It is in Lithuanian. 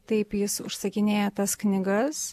taip jis užsakinėja tas knygas